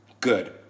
good